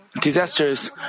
disasters